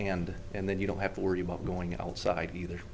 end and then you don't have to worry about going outside either